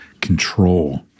control